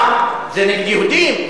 מה, זה נגד יהודים?